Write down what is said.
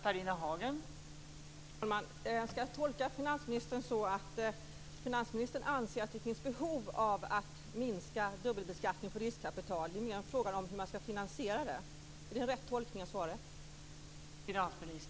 Fru talman! Skall jag tolka finansministern så att han anser att det finns behov av att minska dubbelbeskattning på riskkapital och att det mer är fråga om hur man skall finansiera det? Är det en riktig tolkning av svaret?